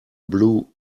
blue